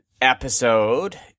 episode